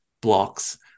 blocks